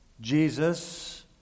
Jesus